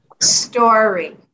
story